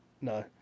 no